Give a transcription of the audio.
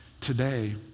today